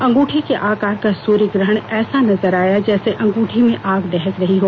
अंगूठी के आकार का सूर्य ग्रहण ऐसा नजर आया है जैसे अंगूठी में आग दहक रही हो